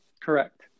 Correct